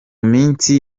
minsi